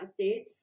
updates